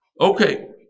Okay